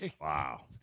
Wow